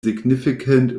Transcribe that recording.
significant